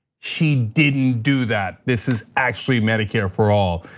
she didn't do that, this is actually medicare for all.